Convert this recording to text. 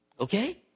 Okay